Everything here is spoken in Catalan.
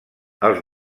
els